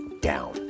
down